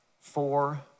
four